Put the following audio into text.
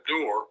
door